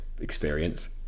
experience